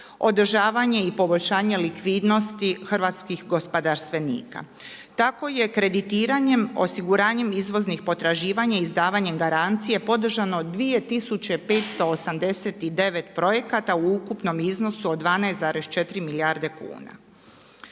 održavanje i poboljšanje likvidnosti hrvatskih gospodarstvenika. Tako je kreditiranjem, osiguranjem izvoznih potraživanja, izdavanjem garancije podržano 2589 projekata u ukupnom iznosu od 12,4 milijarde kuna.